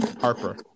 Harper